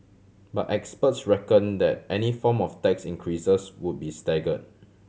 but experts reckon that any form of tax increases would be stagger